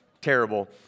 Terrible